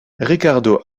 ricardo